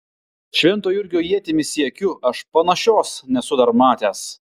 švento jurgio ietimi siekiu aš panašios nesu dar matęs